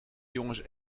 jongens